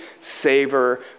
savor